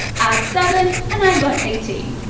add seven and i got eighteen.